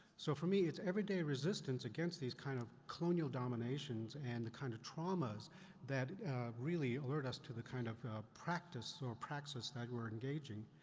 so for me, it's every day resistance against these kind of colonial dominations and the kind of traumas that really alert us to the kind of practice, or praxis that we're engaging.